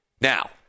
now